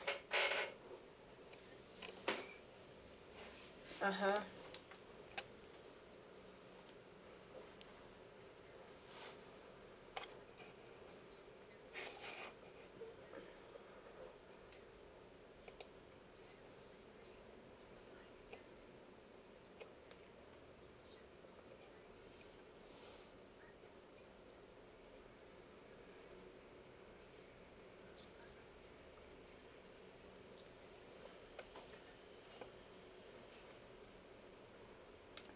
(uh huh)